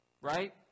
Right